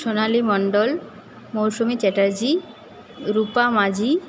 Sonali Mondal Mousumi Chatterjee Rupa Majhi